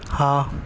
ہاں